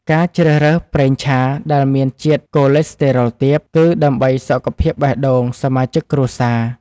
ការជ្រើសរើសប្រេងឆាដែលមានជាតិកូឡេស្តេរ៉ុលទាប គឺដើម្បីសុខភាពបេះដូងសមាជិកគ្រួសារ។